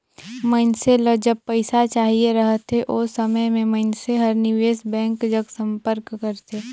मइनसे ल जब पइसा चाहिए रहथे ओ समे में मइनसे हर निवेस बेंक जग संपर्क करथे